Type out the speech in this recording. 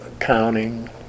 accounting